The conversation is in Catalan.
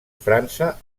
frança